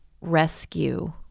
rescue